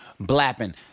Blapping